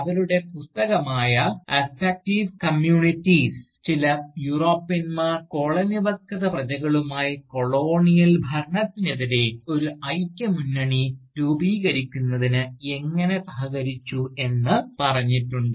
അവരുടെ പുസ്തകമായ അഫെക്റ്റിവ് കമ്മ്യൂണിറ്റിസിൽ ചില യൂറോപ്യന്മാർ കോളനിവത്കൃത പ്രജകളുമായി കൊളോണിയൽ ഭരണത്തിനെതിരെ ഒരു ഐക്യമുന്നണി രൂപീകരിക്കുന്നതിന് എങ്ങനെ സഹകരിച്ചു എന്ന് പറഞ്ഞിട്ടുണ്ട്